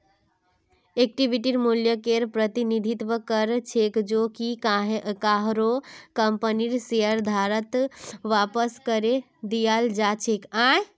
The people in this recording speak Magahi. इक्विटीर मूल्यकेर प्रतिनिधित्व कर छेक जो कि काहरो कंपनीर शेयरधारकत वापस करे दियाल् जा छेक